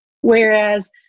whereas